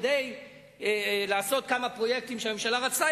כדי לעשות כמה פרויקטים שהיא רצתה,